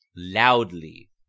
Loudly